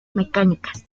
mecánicas